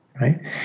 Right